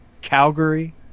Calgary